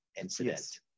incident